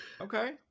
Okay